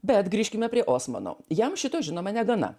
bet grįžkime prie osmano jam šito žinoma negana